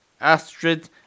Astrid